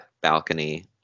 balcony